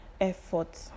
effort